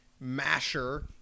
masher